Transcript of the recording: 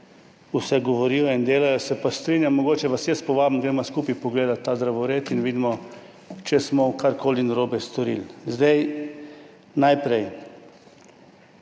vse govorijo in delajo. Se pa strinjam, mogoče vas jaz povabim, da greva skupaj pogledat ta drevored in da vidimo, če smo karkoli narobe storili. Najprej